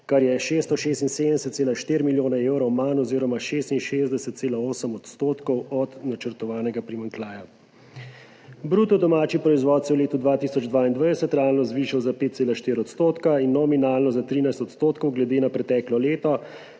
kar je 676,4 milijone evrov manj oziroma 66,8 % od načrtovanega primanjkljaja. Bruto domači proizvod se je v letu 2022 realno zvišal za 5,4 % in nominalno za 13 % glede na preteklo leto,